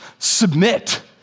submit